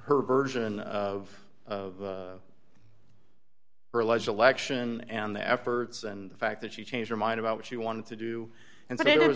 her version of her leisure election and the efforts and the fact that she changed her mind about what she wanted to do and it was